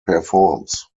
performs